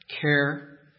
care